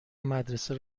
مدرسه